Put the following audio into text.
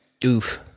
Doof